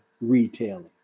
retailing